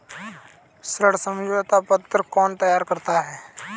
ऋण समझौता पत्र कौन तैयार करता है?